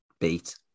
beat